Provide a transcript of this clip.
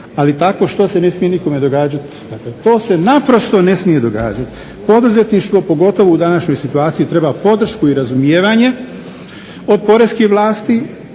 ali takvo što se ne smije nikome događat. Dakle to se naprosto ne smije događat. Poduzetništvo pogotovo u današnjoj situaciji treba podršku i razumijevanje od poreskih vlasti